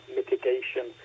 mitigation